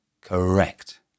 Correct